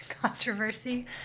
controversy